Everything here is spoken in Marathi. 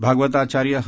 भागवताचार्य ह